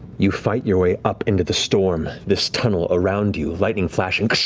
you fight your way up into the storm, this tunnel around you of lightning flashing.